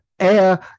air